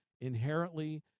inherently